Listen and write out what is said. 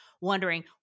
wondering